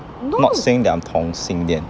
not saying that I'm 同性恋